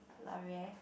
L'oreal